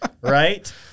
right